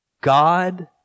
God